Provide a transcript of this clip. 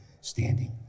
standing